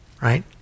right